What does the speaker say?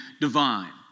divine